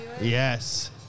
Yes